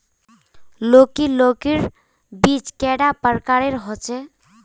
लौकी लौकीर बीज कैडा प्रकारेर होचे?